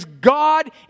God